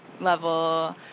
level